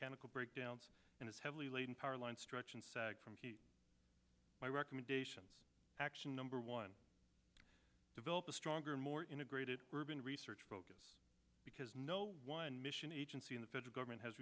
mechanical breakdowns and as heavily laden power line stretches from key my recommendation action number one develop a stronger and more integrated urban research focus because no one mission agency in the federal government has